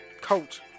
coach